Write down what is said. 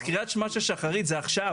אז קריאת שמע של שחרית זה עכשיו.